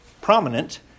prominent